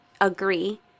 agree